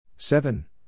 Seven